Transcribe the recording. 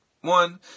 one